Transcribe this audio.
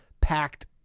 packed